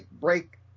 break